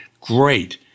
Great